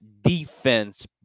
defense